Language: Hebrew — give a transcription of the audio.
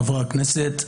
חברי הכנסת,